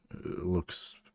looks